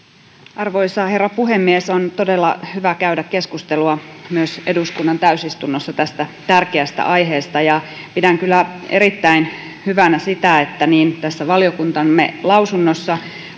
arvoisa herra puhemies on todella hyvä käydä keskustelua myös eduskunnan täysistunnossa tästä tärkeästä aiheesta ja pidän kyllä erittäin hyvänä sitä että niin tässä valiokuntamme lausunnossa